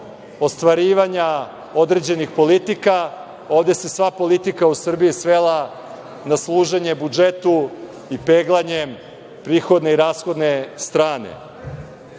ostvarivanja određenih politika, ovde se sva politika u Srbiji svela na služenje budžetu i peglanjem prihodne i rashodne strane.